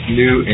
new